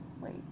Wait